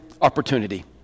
opportunity